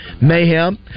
mayhem